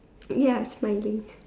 ya smiling